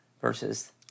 versus